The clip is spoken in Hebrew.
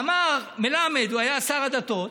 אמר מלמד, הוא היה שר הדתות,